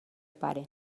pare